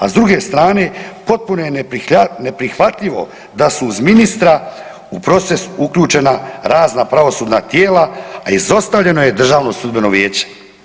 A s druge strane potpuno je neprihvatljivo da su uz ministra u proces uključena razna pravosudna tijela, a izostavljeno je Državno sudbeno vijeće.